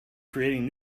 creating